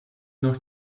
noch